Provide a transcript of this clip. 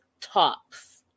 tops